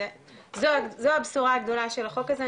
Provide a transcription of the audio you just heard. זו הבשורה הגדולה של החוק הזה,